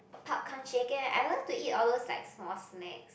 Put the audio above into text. Popcorn Shaker I love to eat all those like small snacks